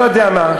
לא יודע מה,